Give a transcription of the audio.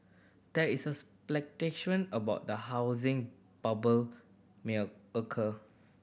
there is speculation about the housing bubble may a occur